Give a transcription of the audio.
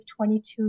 22